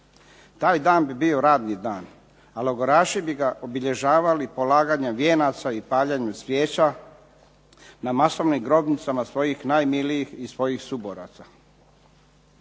Taj dan bi bio radni dan, a logoraši bi ga obilježavali polaganjem vijenaca i paljenju svijeću na masovnim grobnicama svojih najmilijih i svojih suboraca.